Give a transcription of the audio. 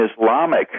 Islamic